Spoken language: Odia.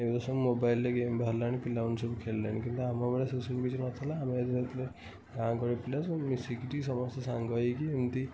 ଏବେ ତ ସବୁ ମୋବାଇଲ୍ରେ ଗେମ୍ ବାହାରିଲାଣି ପିଲାମାନେ ସବୁ ଖେଳିଲେଣି କିନ୍ତୁ ଆମ ବେଳେ ସେ ସବୁ କିଛି ନଥିଲା ଆମେ ଗାଁ ଗହଳି ପିଲା ସବୁ ମିଶିକରି ସମସ୍ତେ ସାଙ୍ଗ ହେଇକି ଏମିତି